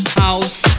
House